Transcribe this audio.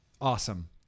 awesome